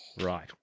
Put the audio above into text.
right